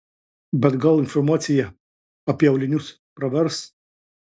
bet gal informacija apie aulinius pravers